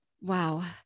Wow